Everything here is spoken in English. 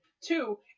Two